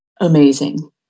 amazing